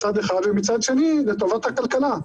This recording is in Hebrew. ומצד שני לטובת הכלכלה.